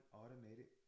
automated